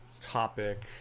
topic